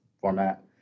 format